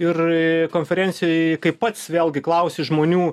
ir konferencijoj kaip pats vėlgi klausi žmonių